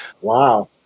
wow